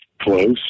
Close